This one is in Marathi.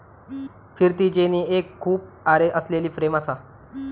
फिरती जेनी एक खूप आरे असलेली फ्रेम असा